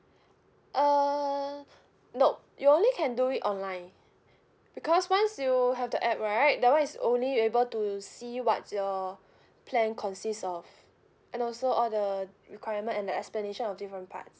uh nop you only can do it online because once you have the app right that [one] is only able to see what's your plan consists of and also all the requirement and the explanation of different parts